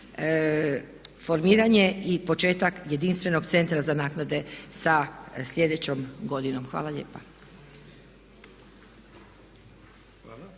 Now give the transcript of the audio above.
formiranje i početak jedinstvenog Centra za naknade sa sljedećom godinom. Hvala lijepa.